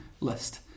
list